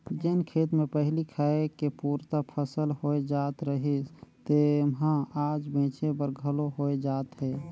जेन खेत मे पहिली खाए के पुरता फसल होए जात रहिस तेम्हा आज बेंचे बर घलो होए जात हे